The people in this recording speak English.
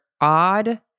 odd